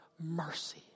mercy